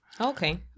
Okay